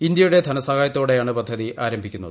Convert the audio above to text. ഇന്ത്യയുടെ ധനസഹായത്തോടെയാണ് പദ്ധതി ആരംഭിക്കുന്നത്